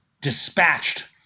dispatched